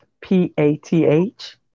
P-A-T-H